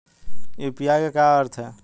UPI का क्या अर्थ है?